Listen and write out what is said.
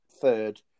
third